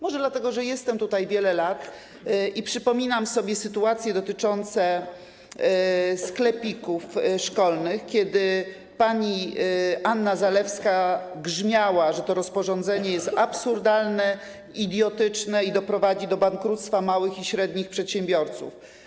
Może dlatego, że jestem tutaj wiele lat i przypominam sobie sytuacje dotyczące sklepików szkolnych, kiedy pani Anna Zalewska grzmiała, że to rozporządzenie jest absurdalne, idiotyczne i doprowadzi do bankructwa małych i średnich przedsiębiorców.